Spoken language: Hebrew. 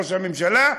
ראש הממשלה,